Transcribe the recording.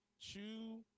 Chew